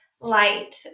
light